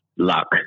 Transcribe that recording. luck